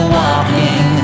walking